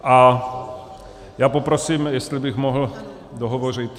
A poprosím, jestli bych mohl dohovořit...